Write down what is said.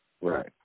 Right